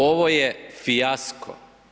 Ovo je fijasko.